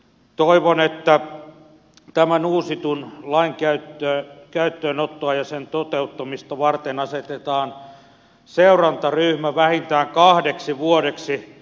toivon että tämän uusitun lain käyttöönottoa ja sen toteuttamista varten asetetaan seurantaryhmä vähintään kahdeksi vuodeksi